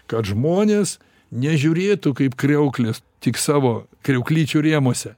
kad žmonės nežiūrėtų kaip kriauklės tik savo kriauklyčių rėmuose